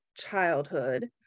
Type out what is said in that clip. childhood